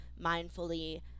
mindfully